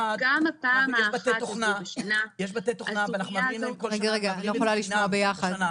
יש בתי תוכנה ואנחנו מעבירים להם כל שנה